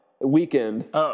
weekend